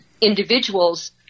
individuals